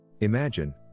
Imagine